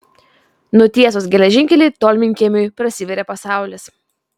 nutiesus geležinkelį tolminkiemiui prasivėrė pasaulis